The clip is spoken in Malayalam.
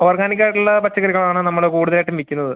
ഓർഗാനിക് ആയിട്ടുള്ള പച്ചക്കറികളാണ് നമ്മൾ കൂടുതലായിട്ടും വിൽക്കുന്നത്